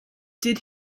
did